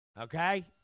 Okay